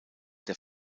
der